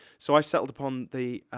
so i settled upon the,